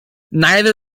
neither